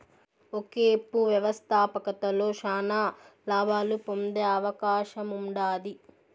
ఒకేపు వ్యవస్థాపకతలో శానా లాబాలు పొందే అవకాశముండాది